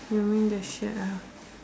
you mean the shirt